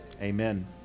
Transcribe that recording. Amen